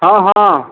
ହଁ ହଁ